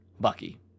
Bucky